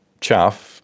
chaff